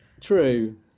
True